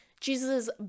Jesus